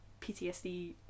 PTSD